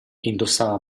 indossava